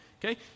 Okay